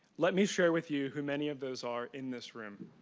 let me share with you, who many of those are in this room.